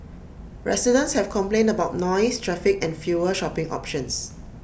residents have complained about noise traffic and fewer shopping options